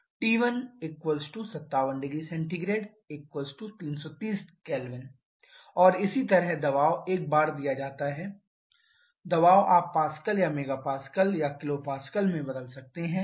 T1 57 0C 330 K और इसी तरह दबाव 1 bar दिया जाता है दबाव आप पास्कल या मेगा पास्कल या किलो पास्कल में बदल सकते हैं